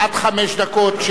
עד חמש דקות,